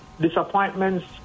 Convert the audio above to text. disappointments